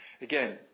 again